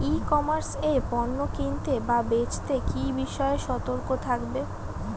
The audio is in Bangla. ই কমার্স এ পণ্য কিনতে বা বেচতে কি বিষয়ে সতর্ক থাকব?